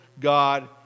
God